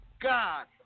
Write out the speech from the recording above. god